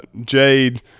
Jade